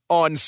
on